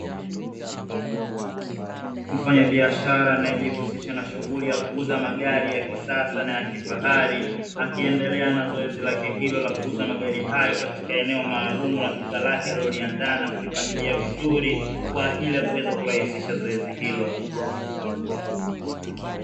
Mfanyabiashara anayejihusisha na shughuli ya kuuza magari ya kisasa na ya kifahari, akiendelea na zoezi lake hilo la kuuuza magari hayo katika eneo maalumu la duka lake aliloliandaa na kulipangilia vizuri, kwa ajili ya kuweza kurahisisha zoezi hilo.